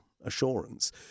Assurance